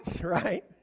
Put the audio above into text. right